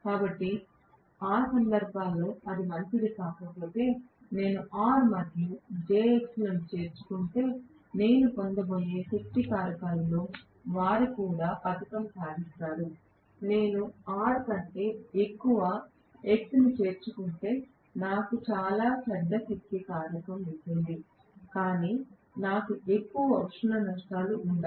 కాబట్టి ఆ సందర్భంలో అది మంచిది కాకపోతే నేను R మరియు jX లను చేర్చుకుంటే నేను పొందబోయే శక్తి కారకాలతో వారు కూడా పతకం సాధిస్తారు నేను R కంటే ఎక్కువ X ని చేర్చుకుంటే నాకు చాలా చెడ్డ శక్తి కారకం ఉంటుంది కానీ నాకు ఎక్కువ ఉష్ణ నష్టాలు ఉండవు